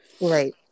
Right